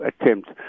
attempt